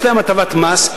יש להם הטבת מס,